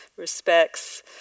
respects